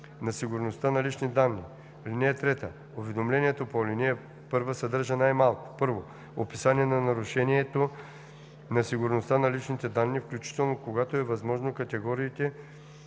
на сигурността на лични данни. (3) Уведомлението по ал. 1 съдържа най-малко: 1. описание на нарушението на сигурността на личните данни, включително, когато е възможно, категориите